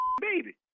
baby